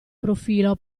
profilo